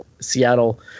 Seattle